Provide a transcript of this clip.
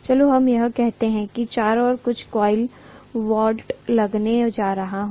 चलो हम कहते हैं कि मैं चारों ओर कुछ कोइल वॉउंड लगाने जा रहा हूँ